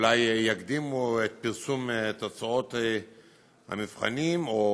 אולי יקדימו את פרסום תוצאות המבחנים, או